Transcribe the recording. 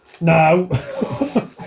NO